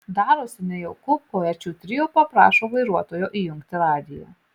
darosi nejauku poečių trio paprašo vairuotojo įjungti radiją